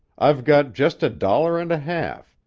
i've got just a dollar and a half,